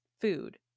food